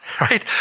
right